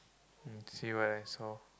mm see what I saw